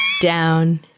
down